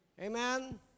Amen